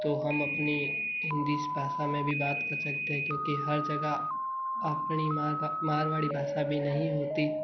तो हम अपनी हिंदी भाषा में भी बात कर सकते हैं क्योंकि हर जगह अपनी मारवाड़ी भाषा भी नहीं होती